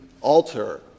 alter